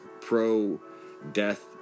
pro-death